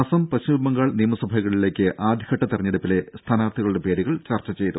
അസം പശ്ചിമ ബംഗാൾ നിയമസഭകളിലേക്ക് ആദ്യ ഘട്ട തെരഞ്ഞെടുപ്പിലെ സ്ഥാനാർഥികളുടെ പേരുകൾ ചർച്ച ചെയ്തു